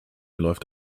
läuft